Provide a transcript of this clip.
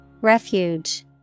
Refuge